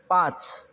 पाच